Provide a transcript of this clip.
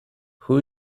who